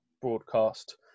broadcast